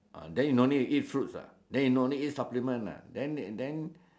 then you no need eat fruits ah then you no need eat supplements ah then then